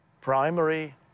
primary